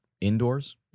indoors